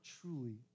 truly